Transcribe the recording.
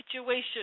situation